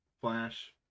flash